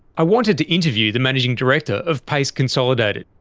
i wanted to interview the managing director of payce consolidated,